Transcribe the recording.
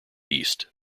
east